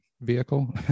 vehicle